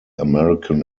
american